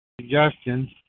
suggestions